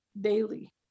daily